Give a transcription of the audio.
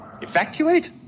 Evacuate